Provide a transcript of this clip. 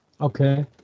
okay